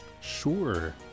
Sure